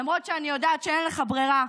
למרות שאני יודעת שאין לך ברירה,